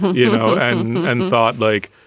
you know, and and thought like,